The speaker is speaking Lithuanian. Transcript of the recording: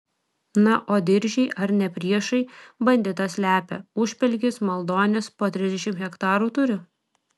na o diržiai ar ne priešai banditą slepia užpelkis maldonis po trisdešimt hektarų turi